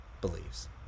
believes